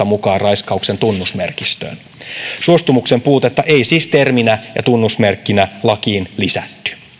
mukaan raiskauksen tunnusmerkistöön suostumuksen puutetta ei siis terminä ja tunnusmerkkinä lakiin lisätty